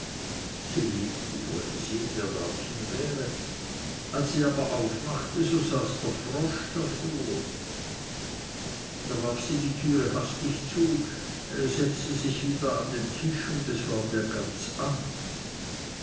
wollte sehen wer draußen wäre als sie aber aufmachte so saß der frosch davor da warf sie die tür hastig zu setzte sich wieder an den tisch und war ihr ganz angst